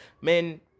men